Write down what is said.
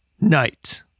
night